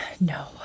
No